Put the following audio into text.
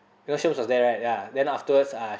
you know shems was there right ya then afterwards I